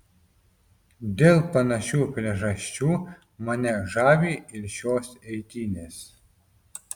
dėl panašių priežasčių mane žavi ir šios eitynės